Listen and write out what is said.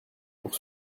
pour